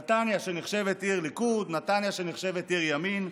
נתניה, שנחשבת עיר ליכוד, נתניה, שנחשבת עיר ימין,